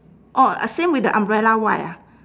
orh uh same with the umbrella white ah